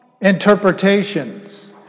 interpretations